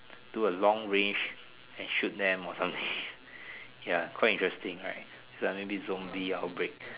do a long range and shoot them or something ya quite interesting right so maybe zombie outbreak